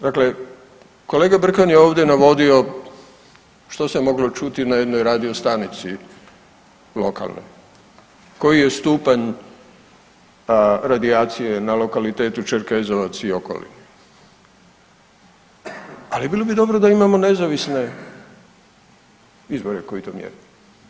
Dakle, kolega Brkan je ovdje navodio što se moglo čuti na jednoj radio stanici lokalnoj, koji je stupanj radijacije na lokalitetu Čerkezovac i okoline, ali bilo bi dobro da imamo nezavisne izvore koji to mjere.